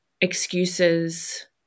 excuses